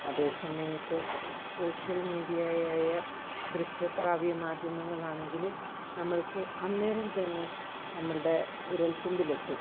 അതേസമയത്ത് സോഷ്യൽ മീഡിയയായ ദൃശ്യസ്രാവി മാധ്യമങ്ങളാണെങ്കിൽ നമ്മൾക്ക് അന്നേരം തന്നെ നമ്മളുടെ വിരൽത്തുമ്പിലെത്തും